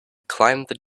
climbed